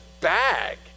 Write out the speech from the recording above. bag